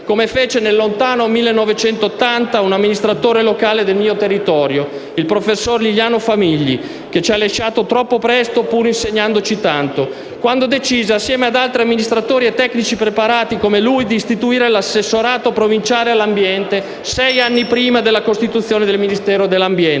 Come fece nel lontano 1980 un amministratore locale del mio territorio, il professor Liliano Famigli, che ci ha lasciato troppo presto pur insegnandoci tanto, quando decise, assieme a tecnici preparati come lui, di istituire l'assessorato provinciale all'ambiente, sei anni prima della costituzione del Ministero dell'ambiente.